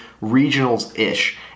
regionals-ish